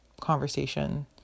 conversation